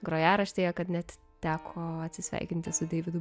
grojaraštyje kad net teko atsisveikinti su deividu